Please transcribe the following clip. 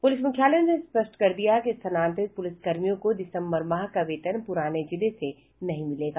प्रलिस मुख्यालय ने स्पष्ट कर दिया है कि स्थानांतरित पुलिसकर्मियों को दिसम्बर माह का वेतन पुराने जिले से नहीं मिलेगा